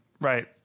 Right